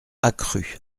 accrus